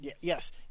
Yes